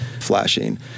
flashing